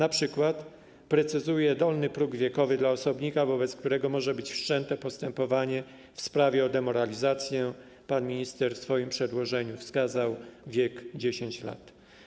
Np. precyzuje dolny próg wiekowy dla osobnika, wobec którego może być wszczęte postępowanie w sprawie o demoralizację - pan minister w swoim przedłożeniu wskazał wiek 10 lat.